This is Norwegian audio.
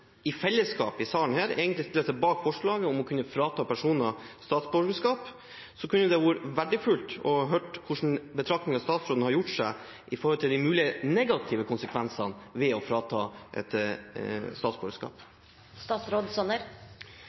i fellesskap i salen her stiller seg bak forslaget om å kunne frata personer statsborgerskapet, kunne det vært verdifullt å høre hvilke betraktninger statsråden har gjort seg med tanke på de mulige negative konsekvensene ved å frata noen et